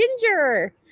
Ginger